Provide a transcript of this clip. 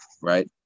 Right